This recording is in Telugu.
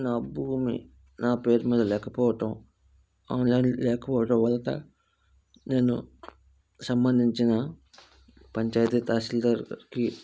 నా భూమి నా పేరు మీద లేకపోవటం ఆన్లైన్ లేకపోవటం వలన నేను సంబంధించిన పంచాయితీ తసిల్దార్కి